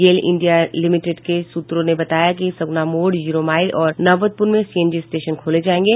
गेल India limited के सूत्रों ने बताया कि सग्ना मोड़ जीरो माईल और नौबतपूर में सीएनजी स्टेशन खोले जायेंगे